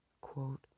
Quote